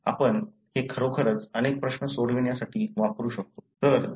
तर आपण हे खरोखरच अनेक प्रश्न सोडवण्यासाठी वापरू शकतो